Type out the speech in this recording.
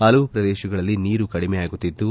ಹಲವು ಪ್ರದೇಶಗಳಲ್ಲಿ ನೀರು ಕಡಿಮೆಯಾಗುತ್ತಿದ್ದು